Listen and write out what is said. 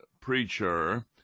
preacher